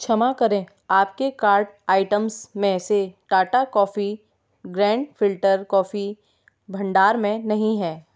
क्षमा करें आपके कार्ट आइटम्स में से Tata coffee grand filter coffee भंडार में नहीं है